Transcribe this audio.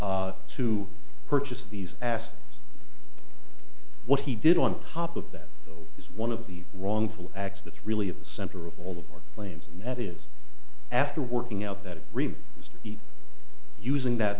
bid to purchase these asked what he did on top of that is one of the wrongful acts that's really at the center of all of our claims and that is after working out that it was using that